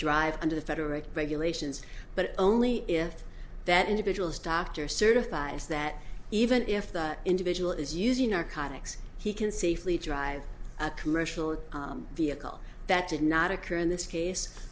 drive under federal regulations but only if that individual's doctor certifies that even if that individual is using narcotics he can safely drive a commercial vehicle that did not occur in this case